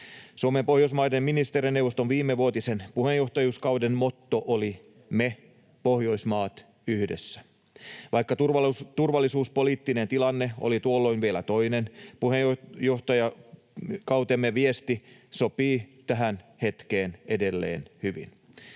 Suomen Pohjoismaiden ministerineuvoston viimevuotisen puheenjohtajuuskauden motto oli ”Pohjoismaat yhdessä”. Vaikka turvallisuuspoliittinen tilanne oli tuolloin vielä toinen, puheenjohtajakautemme viesti sopii tähän hetkeen edelleen hyvin.